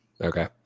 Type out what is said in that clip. Okay